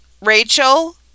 rachel